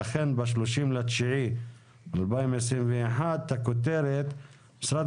ואכן ב-30 בספטמבר 2021 הכותרת: "משרד